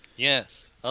Yes